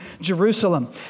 Jerusalem